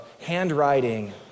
handwriting